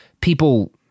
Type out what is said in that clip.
people